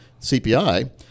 CPI